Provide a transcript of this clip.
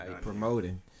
promoting